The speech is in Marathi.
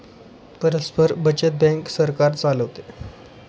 परस्पर बचत बँक सरकार चालवते